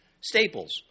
staples